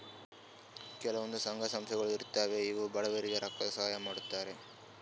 ಕೆಲವಂದ್ ಸಂಘ ಸಂಸ್ಥಾಗೊಳ್ ಇರ್ತವ್ ಇವ್ರು ಬಡವ್ರಿಗ್ ರೊಕ್ಕದ್ ಸಹಾಯ್ ಮಾಡ್ತರ್